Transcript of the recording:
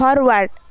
forward